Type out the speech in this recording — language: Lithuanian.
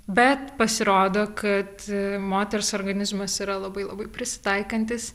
bet pasirodo kad moters organizmas yra labai labai prisitaikantis